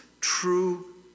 true